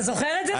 אתה זוכר את זה?